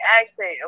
accent